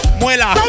muela